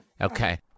Okay